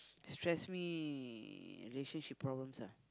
stress me relationship problems ah